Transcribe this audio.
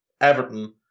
Everton